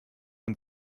und